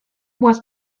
was